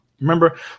remember